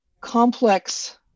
complex